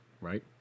right